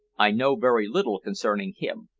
i know very little concerning him.